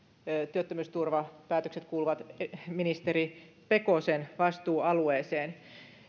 työttömyysturvapäätökset kuuluvat ministeri pekosen vastuualueeseen